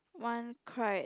one cried